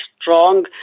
strong